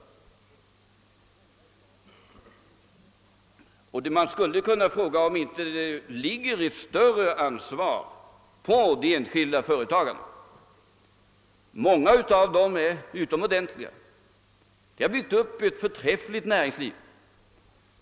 Borde det inte läggas ett större ansvar på de enskilda företagarna? Många av dessa är utomordentligt skickliga och har byggt upp ett förträffligt näringsliv.